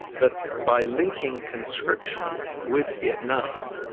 but by linking conscription with vietnam,